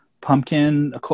pumpkin